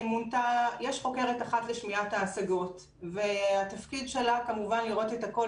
יש חוקרת אחת לשמיעת ההשגות והתפקיד שלה כמובן לראות את הכול